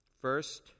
First